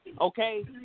Okay